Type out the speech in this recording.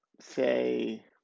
say